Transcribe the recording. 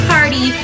Party